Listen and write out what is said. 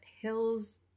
hills